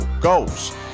goals